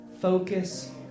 Focus